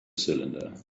cylinder